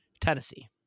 Tennessee